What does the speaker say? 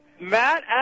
Matt